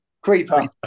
Creeper